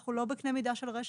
אנחנו לא בקנה מידה של רשת.